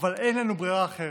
אבל אין לנו ברירה אחרת.